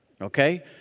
Okay